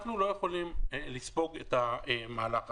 אנחנו לא יכולים לספוג את המהלך הזה.